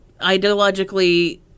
ideologically